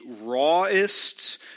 rawest